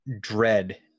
dread